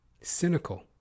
Cynical